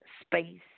space